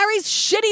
shitty